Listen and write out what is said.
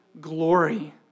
glory